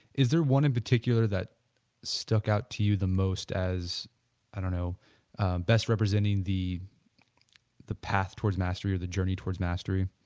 is there one in particular that stuck out to you the most, as i don't know best representing the the path towards the mastery of the journey towards mastery?